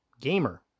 gamer